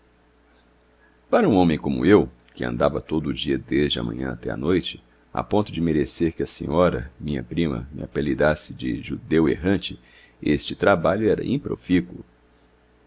para um homem como eu que andava todo o dia desde a manhã até a noite a ponto de merecer que a senhora minha prima me apelidasse de judeu errante este trabalho era